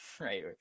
right